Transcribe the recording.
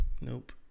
Nope